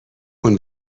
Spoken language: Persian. اون